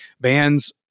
bands